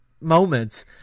moments